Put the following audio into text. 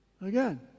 Again